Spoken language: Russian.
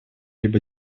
либо